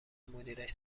مدیرش